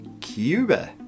Cuba